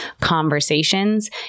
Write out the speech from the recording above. conversations